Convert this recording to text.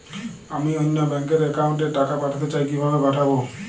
আমি অন্য ব্যাংক র অ্যাকাউন্ট এ টাকা পাঠাতে চাই কিভাবে পাঠাবো?